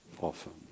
Often